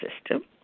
system